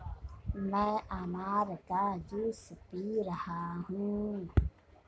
मैं अनार का जूस पी रहा हूँ